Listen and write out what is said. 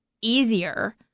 easier